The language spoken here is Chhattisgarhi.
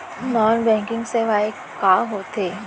नॉन बैंकिंग सेवाएं का होथे